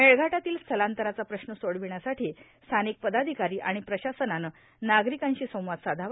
मेळघाटातील स्थलांतराचा प्रश्न सोडविण्यासाठी स्थानिक पदाधिकारी आणि प्रशासनानं नागरिकांशी संवाद साधावा